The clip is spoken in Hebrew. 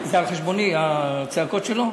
זה על חשבוני, הצעקות שלו?